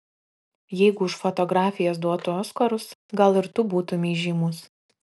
jeigu už fotografijas duotų oskarus gal ir tu būtumei žymus